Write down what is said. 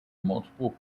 multiple